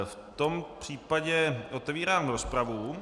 V tom případě otevírám rozpravu.